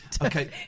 Okay